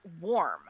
warm